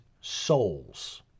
souls